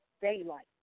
daylight